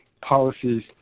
policies